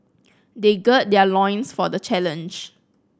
they gird their loins for the challenge